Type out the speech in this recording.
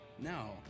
No